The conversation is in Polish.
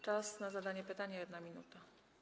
Czas na zadanie pytania - 1 minuta.